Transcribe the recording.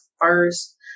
first